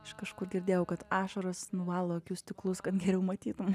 aš kažkur girdėjau kad ašaros nuvalo akių stiklus kad geriau matytum